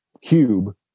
cube